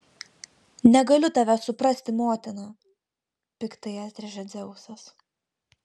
negaliu tavęs suprasti motina piktai atrėžė dzeusas